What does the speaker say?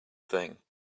thing